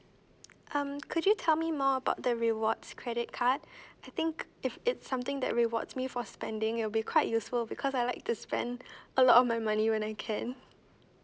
um could you tell me more about the rewards credit card I think if it's something that rewards me for spending it'll be quite useful because I like to spend a lot of my money when I can